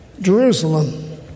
Jerusalem